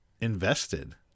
invested